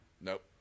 Nope